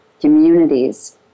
communities